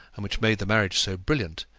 and which made the marriage so brilliant,